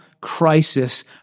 crisis